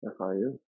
FIU